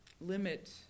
limit